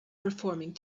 performing